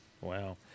Wow